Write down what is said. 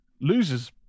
loses